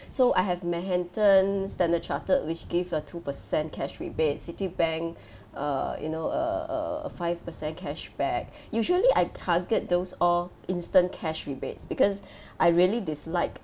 so I have manhattan Standard Chartered which give a two percent cash rebate Citibank err you know uh uh five percent cashback usually I target those all instant cash rebates because I really dislike